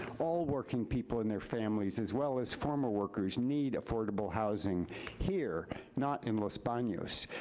all working people and their families, as well as former workers, need affordable housing here, not in los banos,